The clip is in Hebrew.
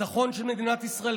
הביטחון של מדינת ישראל,